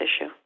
issue